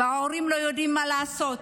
וההורים לא יודעים מה לעשות.